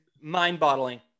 mind-boggling